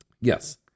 Yes